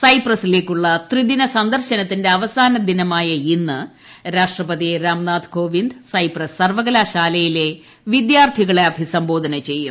സൈപ്രസിലേക്കുള്ള ത്രിദിന സന്ദർശനത്തിന്റെ അവസാനദിവസമായ ഇന്ന് രാഷ്ട്രപതി രാംനാഥ് കോവിന്ദ് സൈപ്രസ് സർവ്വകലാശാലയിലെ വിദ്യാർത്ഥികളെ അഭിസംബോധന ചെയ്യും